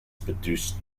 produced